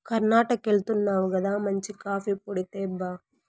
కర్ణాటకెళ్తున్నావు గదా మంచి కాఫీ పొడి తేబ్బా